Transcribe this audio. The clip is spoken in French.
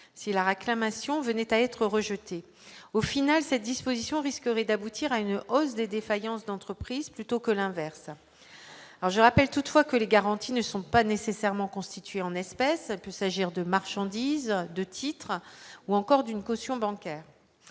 si la réclamation venait à être rejeté, au final, cette disposition risquerait d'aboutir à une hausse des défaillances d'entreprises plutôt que l'inverse alors je rappelle toutefois que les garanties ne sont pas nécessairement constitué en espèces peut s'agir de marchandises de titres ou encore d'une caution bancaire,